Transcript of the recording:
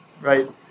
right